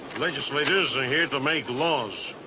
legislators are here to make laws.